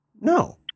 No